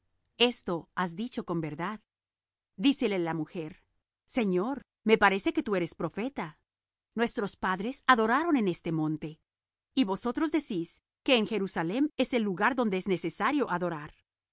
esto has dicho con verdad dícele la mujer señor paréceme que tú eres profeta nuestros padres adoraron en este monte y vosotros decís que en jerusalem es el lugar donde es necesario adorar